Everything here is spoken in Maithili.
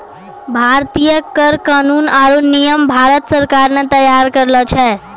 भारतीय कर कानून आरो नियम भारत सरकार ने तैयार करलो छै